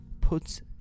puts